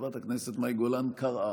חברת הכנסת מאי גולן קראה.